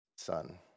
son